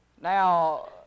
Now